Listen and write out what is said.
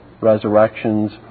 resurrections